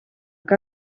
que